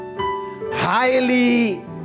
highly